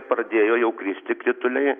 pradėjo jau kristi krituliai